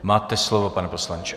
Máte slovo, pane poslanče.